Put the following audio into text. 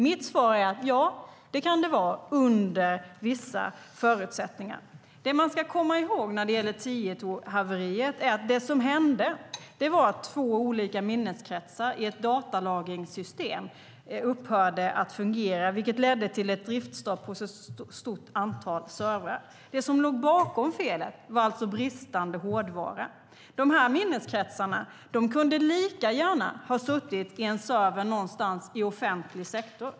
Mitt svar är: Ja, det kan det vara under vissa förutsättningar. Det man ska komma ihåg när det gäller Tietohaveriet är att det som hände var att två olika minneskretsar i ett datalagringssystem upphörde att fungera, vilket ledde till driftstopp för ett stort antal servrar. Det som låg bakom felet var alltså bristande hårdvara. Minneskretsarna kunde lika gärna ha suttit i en server någonstans i offentlig sektor.